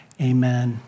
Amen